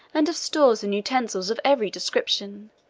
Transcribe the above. and of stores and utensils of every description,